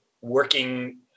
working